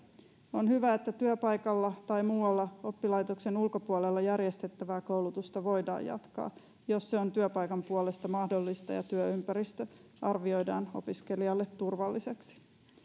on hyvä että työpaikalla tai muualla oppilaitoksen ulkopuolella järjestettävää koulutusta voidaan jatkaa jos se on työpaikan puolesta mahdollista ja työympäristö arvioidaan opiskelijalle turvalliseksi